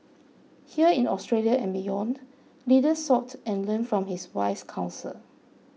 here in Australia and beyond leaders sought and learned from his wise counsel